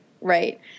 Right